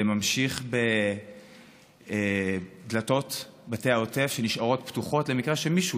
זה ממשיך בדלתות בתי העוטף שנשארות פתוחות למקרה שמישהו